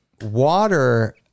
water